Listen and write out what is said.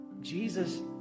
Jesus